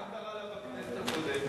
מה קרה לה בכנסת הקודמת?